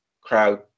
crowd